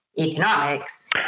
economics